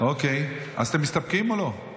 אז אתם מסתפקים או לא?